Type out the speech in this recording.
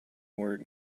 work